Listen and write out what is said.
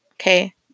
Okay